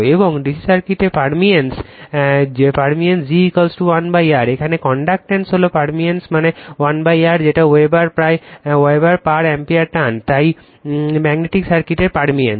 এবং DC সার্কিটে permeance g 1 R এখানে কন্ডাক্টেন্স হল পারমিয়্যান্স মানে 1R যেটা ওয়েবার পার অ্যাম্পিয়ার টার্ন তাই ম্যাগনেটিক সার্কিটের পারমিয়েন্স